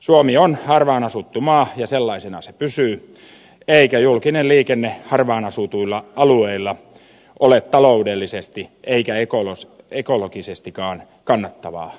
suomi on harvaan asuttu maa ja sellaisena se pysyy eikä julkinen liikenne harvaan asutuilla alueilla ole taloudellisesti eikä ekologisestikaan kannattavaa touhua